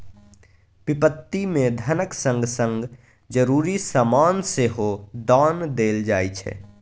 बिपत्ति मे धनक संग संग जरुरी समान सेहो दान देल जाइ छै